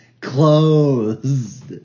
closed